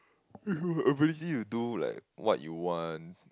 imagine you do like what you want